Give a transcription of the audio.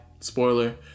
spoiler